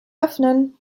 öffnen